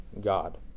God